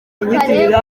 kare